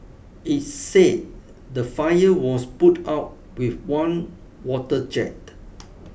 it said the fire was put out with one water jet